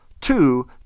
two